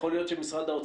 יכול להיות שמשרד האוצר